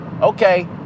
Okay